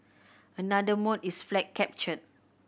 another mode is flag capture